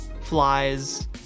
flies